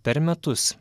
per metus